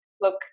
look